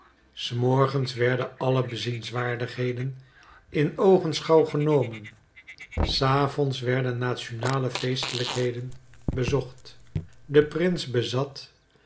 s morgens werden alle bezienswaardigheden in oogenschouw genomen s avonds werden nationale feestelijkheden bezocht de prins bezat